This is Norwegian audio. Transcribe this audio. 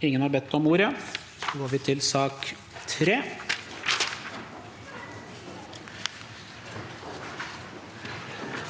Ingen har bedt om ordet. Sak nr. 3